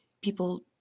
people